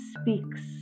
speaks